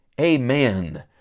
Amen